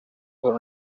con